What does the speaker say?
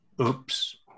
Oops